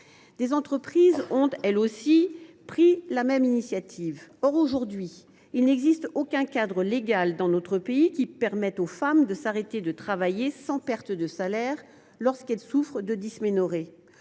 Des entreprises ont pris la même initiative. Or il n’existe actuellement aucun cadre légal, dans notre pays, qui permette aux femmes de s’arrêter de travailler sans perte de salaire lorsqu’elles souffrent de dysménorrhée.